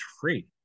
free